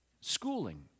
schooling